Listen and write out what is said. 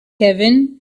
kevin